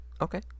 Okay